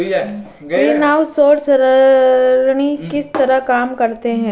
greenhouse सौर सरणी किस तरह काम करते हैं